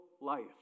life